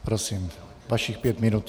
Prosím, vašich pět minut.